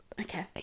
okay